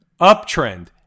Uptrend